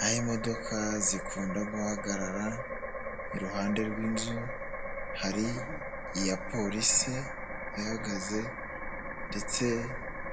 Aho imodoka zikunda guhagarara, iruhande rw'inzu hari iya polisi ihagaze ndetse